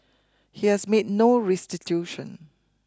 he has made no restitution